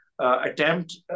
attempt